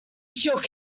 shook